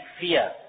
fear